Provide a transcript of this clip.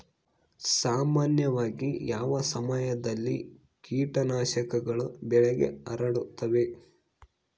ಸಾಮಾನ್ಯವಾಗಿ ಯಾವ ಸಮಯದಲ್ಲಿ ಕೇಟನಾಶಕಗಳು ಬೆಳೆಗೆ ಹರಡುತ್ತವೆ?